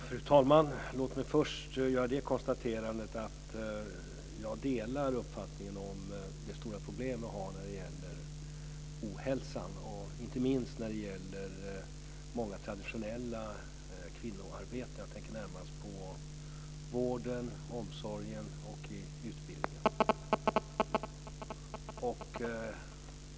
Fru talman! Låt mig först göra konstaterandet att jag delar uppfattningen om de stora problem vi har när det gäller ohälsan - inte minst när det gäller många traditionella kvinnoarbeten. Jag tänker närmast på vården, omsorgen och utbildningen.